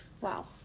Wow